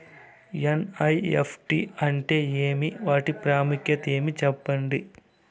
NEFT అంటే ఏమి వాటి ప్రాముఖ్యత ఏమి? సెప్పండి?